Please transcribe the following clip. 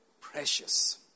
Precious